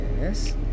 Yes